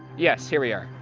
yes, here we are,